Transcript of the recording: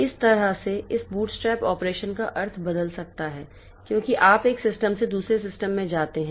इस तरह से इस बूटस्ट्रैप ऑपरेशन का अर्थ बदल सकता है क्योंकि आप एक सिस्टम से दूसरे सिस्टम में जाते हैं